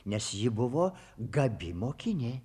nes ji buvo gabi mokinė